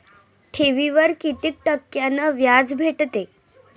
ठेवीवर कितीक टक्क्यान व्याज भेटते?